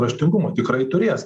raštingumo tikrai turės